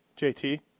JT